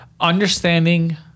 understanding